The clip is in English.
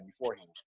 beforehand